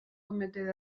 cometer